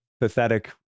pathetic